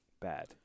bad